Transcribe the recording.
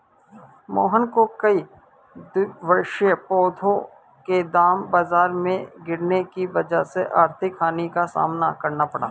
मोहन को कई द्विवार्षिक पौधों के दाम बाजार में गिरने की वजह से आर्थिक हानि का सामना करना पड़ा